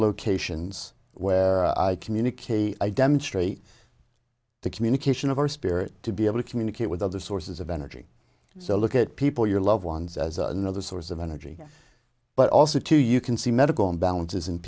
locations where i communicate i demonstrate the communication of our spirit to be able to communicate with other sources of energy so look at people your loved ones as another source of energy but also to you can see medical imbalances